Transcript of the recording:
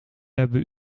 hebben